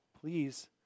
please